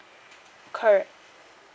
correct